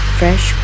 fresh